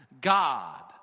God